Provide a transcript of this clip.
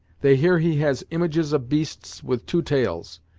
they hear he has images of beasts with two tails!